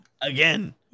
Again